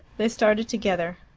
they started together.